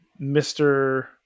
Mr